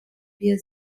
wir